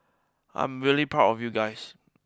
I'm really proud of you guys